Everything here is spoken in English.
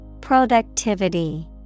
Productivity